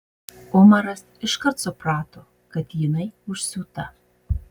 umaras iškart suprato kad jinai užsiūta